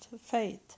faith